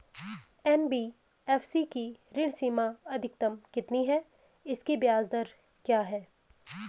NBFC की ऋण सीमा अधिकतम कितनी है इसकी ब्याज दर क्या है?